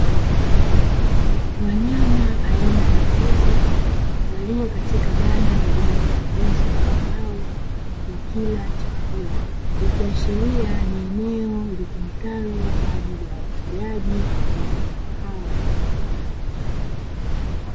Wanyama aina ya mbuzi. Waliyo katika banda lililo tengenezwa kwa mbao wa kula chakula. Ikiashiria ni eneo litumikalo kwa ajili ya wafugaji wa wanyama hao.